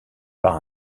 par